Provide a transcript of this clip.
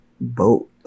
boat